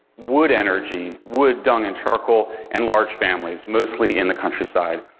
wood energy, wood, dung and charcoal, and large families, mostly in the countryside.